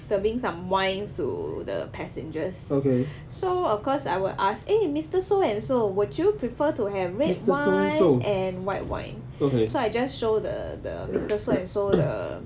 serving some wines to the passengers so of course I will ask eh mister so and so would you prefer to have red wine and white wine so I just show the the mister so and so the